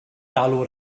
galw